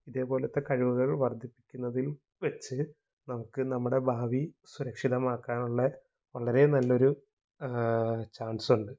ഇതേപോലത്തെ കഴിവുകൾ വർദ്ധിപ്പിക്കുന്നതിൽവെച്ച് നമുക്ക് നമ്മുടെ ഭാവി സുരക്ഷിതമാക്കാനുള്ള വളരെ നല്ലൊരു ചാൻസുണ്ട്